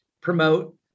promote